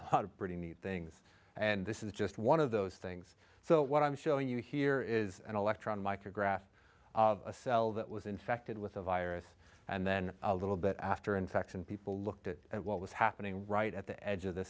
hundred pretty neat things and this is just one of those things so what i'm showing you here is an electron micrograph a cell that was infected with a virus and then a little bit after infection people looked at what was happening right at the edge of the